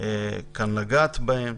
לגעת בהן,